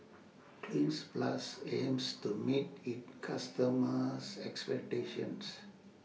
Cleanz Plus aims to meet its customers' expectations